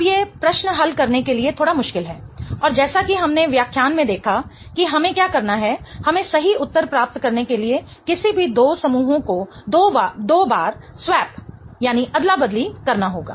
अब ये प्रश्न हल करने के लिए थोड़ा मुश्किल है और जैसा कि हमने व्याख्यान में देखा कि हमें क्या करना है हमें सही उत्तर प्राप्त करने के लिए किसी भी दो समूहों को दो बार स्वैप अदला बदली करना होगा